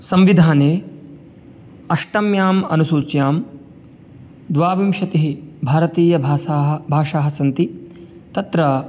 संविधाने अष्टम्याम् अनुसूच्यां द्वाविंशतिः भारतीयभाषाः भाषाः सन्ति तत्र